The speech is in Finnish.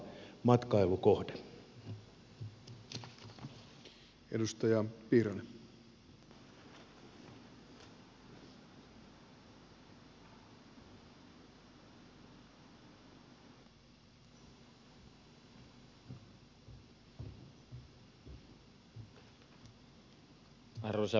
arvoisa puhemies